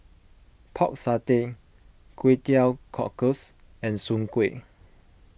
Pork Satay Kway Teow Cockles and Soon Kway